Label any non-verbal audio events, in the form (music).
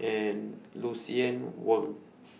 and Lucien Wang (noise)